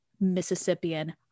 Mississippian